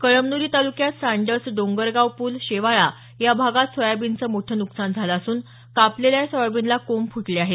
कळमनुरी तालुक्यात सांडस डोंगरगाव पूल शेवाळा या भागात सोयाबीनचं मोठं नुकसान झालं असून कापलेल्या सोयाबीनला कोंब फुटले आहेत